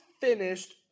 finished